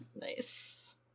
Nice